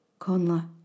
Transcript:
Conla